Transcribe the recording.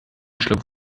schluck